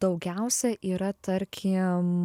daugiausia yra tarkim